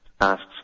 asks